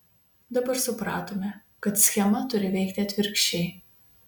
dabar supratome kad schema turi veikti atvirkščiai